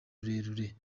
rurerure